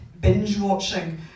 binge-watching